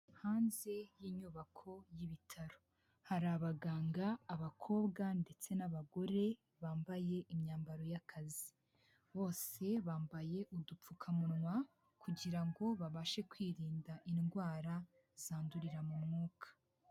Hanze y'inyubako y'ibitaro hari abaganga, abakobwa ndetse n'abagore bambaye imyambaro y'akazi, bose bambaye udupfukamunwa kugira ngo babashe kwirinda indwara zandurira mu mwuka.